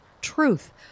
truth